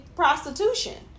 prostitution